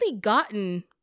gotten